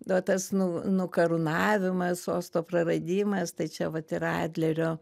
o tas nu nukarūnavimas sosto praradimas tai čia vat yra adlerio